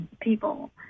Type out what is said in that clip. people